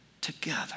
together